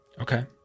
Okay